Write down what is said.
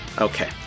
Okay